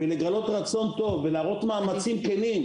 לגלות רצון טוב ולהראות מאמצים כנים,